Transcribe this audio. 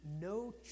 no